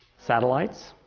satellites.